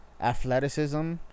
athleticism